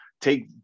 Take